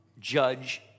judge